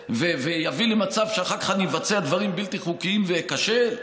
ויביא למצב שאחר כך אני אבצע דברים בלתי חוקיים ואכשל?